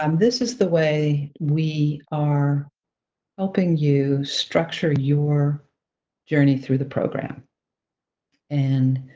um this is the way we are helping you structure your journey through the program and